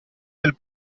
del